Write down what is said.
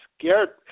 scared